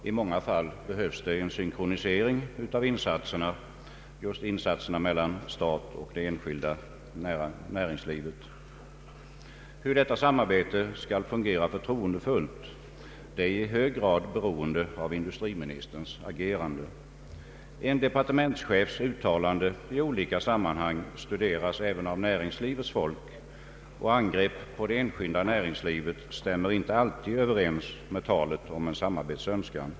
I många fall behövs det en synkronisering av insatserna mellan staten och det enskilda näringslivet. Hur detta samarbete skall fungera förtroendefullt, är i hög grad beroende av industriministerns agerande. En departementschefs uttalande i olika sammanhang studeras även av näringslivets folk, och angrepp på det enskilda näringslivet stämmer inte alltid överens med talet som en samarbetsönskan.